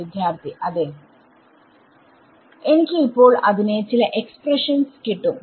വിദ്യാർത്ഥി അതെ എനിക്ക് ഇപ്പോൾ അതിന് ചില എക്സ്പ്രഷൻസ് കിട്ടും